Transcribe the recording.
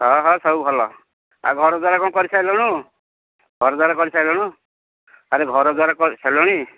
ହଁ ହଁ ସବୁ ଭଲ ଆଉ ଘରଦ୍ୱାର କଣ କରି ସାରିଲୁଣି ଘରଦ୍ୱାର କରି ସାରିଲୁଣି ଆରେ ଘରଦ୍ୱାର କରିସାରିଲୁଣି